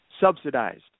subsidized